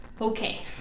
Okay